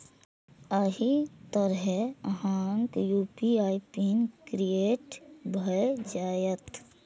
एहि तरहें अहांक यू.पी.आई पिन क्रिएट भए जाएत